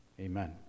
Amen